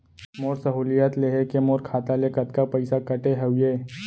मोर सहुलियत लेहे के मोर खाता ले कतका पइसा कटे हवये?